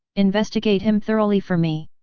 investigate him thoroughly for me!